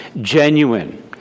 genuine